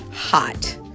hot